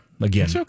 Again